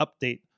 update